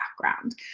background